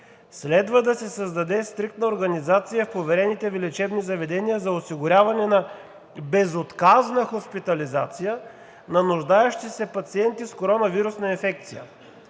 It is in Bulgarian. следва да се създаде стриктна организация в поверените Ви лечебни заведения за осигуряване на безотказна хоспитализация на нуждаещи се пациенти с коронавирусна инфекция.